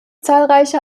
zahlreiche